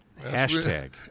hashtag